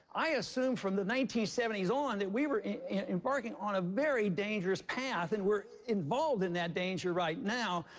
i assumed, from the nineteen seventy s on, that we were embarking on a very dangerous path, and we're involved in that danger right now.